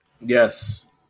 Yes